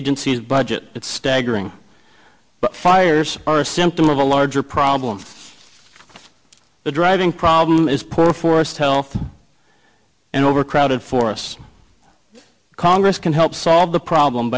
agency's budget it's staggering but fires are a symptom of a larger problem the driving problem is poor forest health and overcrowded for us congress can help solve the problem